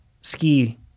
ski